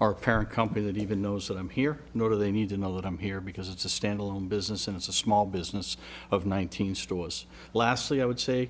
or parent company that even knows that i'm here nor do they need to know that i'm here because it's a standalone business and it's a small business of one thousand stores lastly i would say